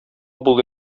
бул